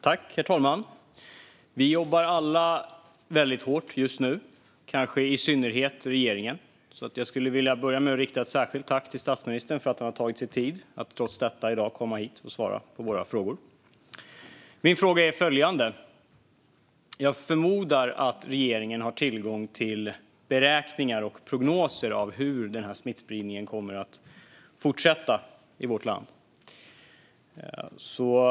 Fru talman! Vi jobbar alla väldigt hårt just nu, kanske i synnerhet regeringen. Jag skulle vilja börja med att rikta ett särskilt tack till statsministern för att han har tagit sig tid att trots detta i dag komma hit och svara på våra frågor. Jag förmodar att regeringen har tillgång till beräkningar och prognoser i fråga om hur smittspridningen kommer att fortsätta i vårt land.